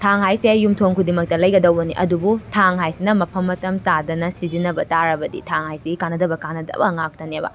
ꯊꯥꯡ ꯍꯥꯏꯁꯦ ꯌꯨꯝꯊꯣꯡ ꯈꯨꯗꯤꯡꯃꯛꯇ ꯂꯩꯒꯗꯧꯕꯅꯤ ꯑꯗꯨꯕꯨ ꯊꯥꯡ ꯍꯥꯏꯁꯤꯅ ꯃꯐꯝ ꯃꯇꯝ ꯆꯥꯗꯅ ꯁꯤꯖꯤꯟꯅꯕ ꯇꯥꯔꯕꯗꯤ ꯊꯥꯡ ꯍꯥꯏꯁꯤꯒꯤ ꯀꯥꯟꯅꯗꯕ ꯀꯥꯟꯅꯗꯕ ꯉꯥꯛꯇꯅꯦꯕ